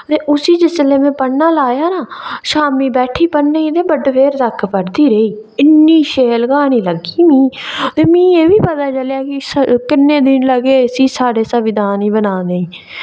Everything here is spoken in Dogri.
ते उसी जिसलै में पढ़ना लाया ना शामीं बैठी पढ़ने गी बड्डे पैह्ऱ धोड़ी पढ़दी रेही इन्नी शैल क्हानी लग्गी मिगी ते मिगी एह्बी पता चलेआ कि किन्ने दिन लग्गे इसी साढ़े संविधान गी बनाने गी